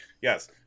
yes